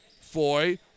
Foy